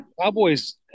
Cowboys –